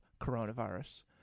coronavirus